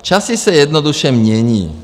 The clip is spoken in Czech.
Časy se jednoduše mění.